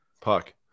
Puck